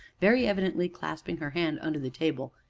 very evidently clasping her hand under the table,